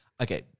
okay